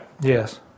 Yes